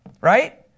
right